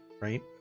right